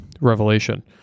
Revelation